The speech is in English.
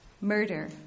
murder